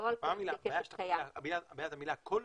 הבעיה היא במילה "כל"?